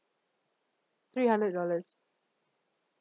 three hundred dollars